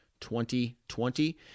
2020